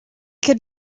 could